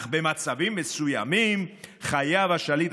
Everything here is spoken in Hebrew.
אך במצבים מסוימים חייב השליט,